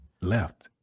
left